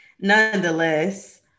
Nonetheless